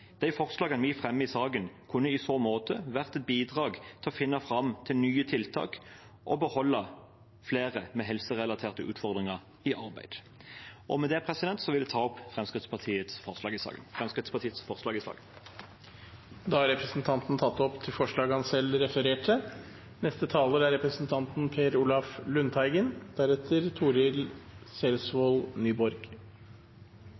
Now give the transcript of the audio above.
De forslagene vi fremmer i saken, kunne i så måte ha vært et bidrag til å finne fram til nye tiltak og beholde flere personer med helserelaterte utfordringer i arbeid. Med det vil jeg ta opp Fremskrittspartiets forslag i saken. Representanten Gisle Meininger Saudland har tatt opp det forslaget han refererte til. Dette er